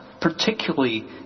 particularly